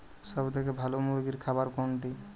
সবথেকে ভালো মুরগির খাবার কোনটি?